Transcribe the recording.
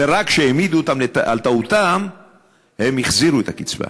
ורק כשהעמידו אותם על טעותם הם החזירו את הקצבה.